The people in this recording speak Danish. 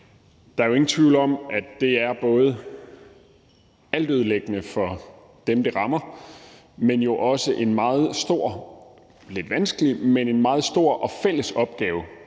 Der er jo ingen tvivl om, at det er både altødelæggende for dem, det rammer, men jo også en meget stor – lidt